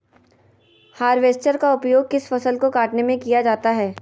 Harvester का उपयोग किस फसल को कटने में किया जाता है?